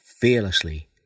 fearlessly